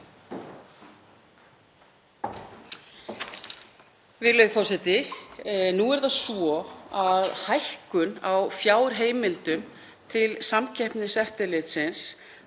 Virðulegi forseti. Nú er það svo að hækkun á fjárheimildum til Samkeppniseftirlitsins